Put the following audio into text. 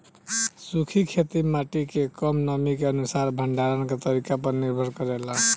सूखी खेती माटी के कम नमी के अनुसार भंडारण के तरीका पर निर्भर करेला